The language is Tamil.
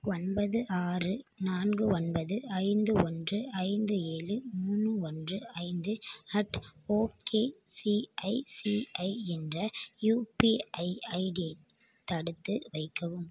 ஒன்பது ஆறு நான்கு ஒன்பது ஐந்து ஒன்று ஐந்து ஏழு மூணு ஒன்று ஐந்து அட் ஓகே சிஐசிஐ என்ற யுபிஐ ஐடி தடுத்து வைக்கவும்